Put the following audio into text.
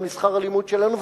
גם לשכר הלימוד שלנו.